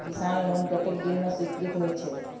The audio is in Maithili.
किसान लोन कतेक दिन में स्वीकृत होई छै?